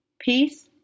peace